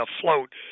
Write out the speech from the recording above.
afloat